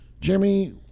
Jeremy